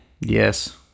Yes